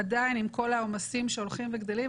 עדיין עם כל העומסים שהולכים וגדלים.